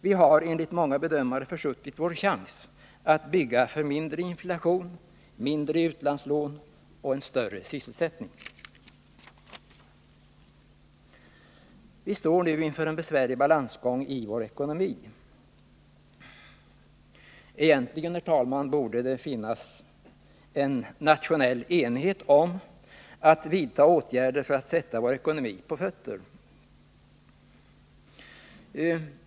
Vi har enligt många bedömare försuttit vår chans att bygga för mindre inflation, mindre utlandslån och en större sysselsättning. Vi står nu inför en besvärlig balansgång i vår ekonomi. Egentligen, herr talman, borde det finnas en nationell enighet om att vidta åtgärder för att sätta vår ekonomi på fötter.